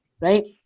Right